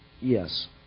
Yes